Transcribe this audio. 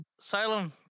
Salem